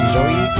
Zoe